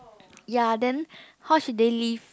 ya then how should they live